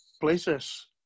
places